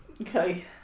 Okay